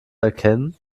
erkennen